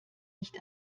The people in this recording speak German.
nicht